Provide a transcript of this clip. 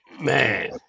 Man